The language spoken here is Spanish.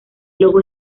logo